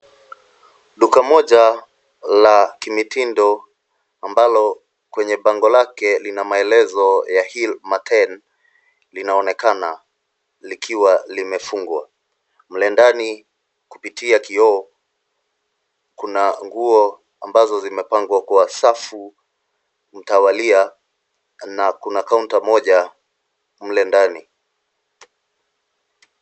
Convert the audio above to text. Duka moja la kimitindo ambalo kwenye bango lake lina maelezo ya cs[Hillmarten]cs linaonekana likiwa limefungwa. Mle ndani kupitia kioo kuna nguo ambazo zimepangwa kwa safu mtawalia na kuna kaunta moja mle ndani.